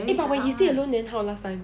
eh but when he stay alone then how last time